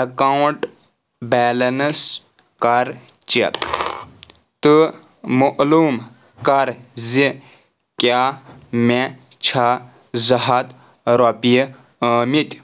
account balance کر check تہٕ معلوٗم کر زِ کیٛاہ مےٚ چھا زٕ ہتھ رۄپیہِ ٲمٕتۍ